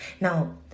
Now